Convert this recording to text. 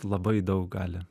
labai daug gali